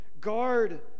guard